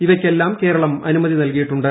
ഇവയ്ക്കെല്ലാം കേരളം അ്ണുമൃതി നൽകിയിട്ടുണ്ട്